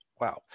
wow